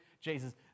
Jesus